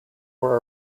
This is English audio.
were